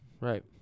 Right